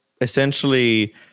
essentially